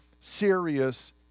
serious